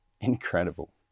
incredible